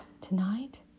tonight